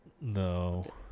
No